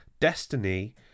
destiny